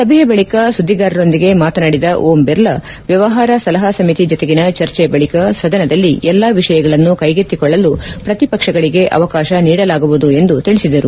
ಸಭೆಯ ಬಳಕ ಸುದ್ದಿಗಾರರೊಂದಿಗೆ ಮಾತನಾಡಿದ ಓಂ ಬಿರ್ಲಾ ವ್ವವಹಾರ ಸಲಹಾ ಸಮಿತಿ ಜತೆಗಿನ ಚರ್ಚೆ ಬಳಕ ಸದನದಲ್ಲಿ ಎಲ್ಲಾ ವಿಷಯಗಳನ್ನು ಕೈಗತ್ತಿಕೊಳ್ಳಲು ಪ್ರತಿಪಕ್ಷಗಳಿಗೆ ಅವಕಾಶ ನೀಡಲಾಗುವುದು ಎಂದು ತಿಳಿಸಿದರು